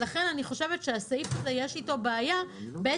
לכן אני חושבת שהסעיף הזה יש אתו בעיה בעצם